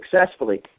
successfully